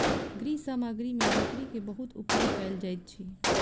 गृह सामग्री में लकड़ी के बहुत उपयोग कयल जाइत अछि